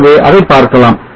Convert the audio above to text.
ஆகவே அதை பார்க்கலாம்